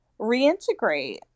reintegrate